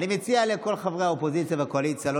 אני מציע לכל חברי האופוזיציה והקואליציה לא